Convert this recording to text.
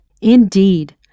Indeed